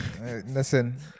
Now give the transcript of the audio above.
Listen